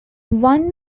one